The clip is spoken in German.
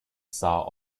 sah